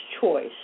choice